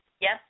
Yes